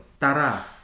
Tara